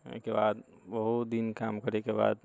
ओहिके बाद बहुत दिन काम करेके बाद